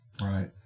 Right